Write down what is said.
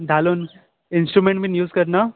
धालोन instrument बीन use करनात